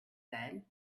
said